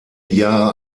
jahre